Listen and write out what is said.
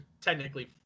technically